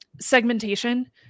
Segmentation